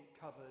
covered